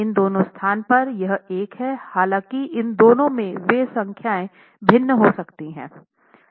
इन दोनों स्थान पर यह एक है हालाँकि इन दोनों में वे संख्याएँ भिन्न हो सकती हैं